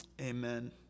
Amen